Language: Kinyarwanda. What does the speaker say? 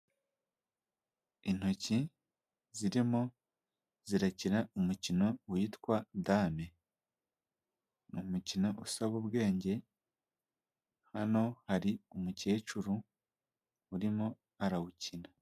Intoki zirimo zirakina umukino witwa dame, ni umukino usaba ubwenge, hano hari umukecuru urimo arawukina.